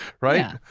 Right